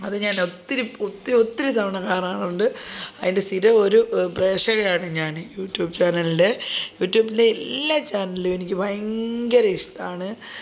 അതു ഞാൻ ഒത്തിരി ഒത്തിരി ഒത്തിരി തവണ കാണാറുണ്ട് അതിൻ്റെ സ്ഥിരം ഒരു പ്രേക്ഷകയാണ് ഞാൻ യൂട്യൂബ് ചാനലിൻ്റെ യൂട്യൂബിലെ എല്ലാ ചാനലും എനിക്ക് ഭയങ്കര ഇഷ്ടമാണ്